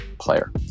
player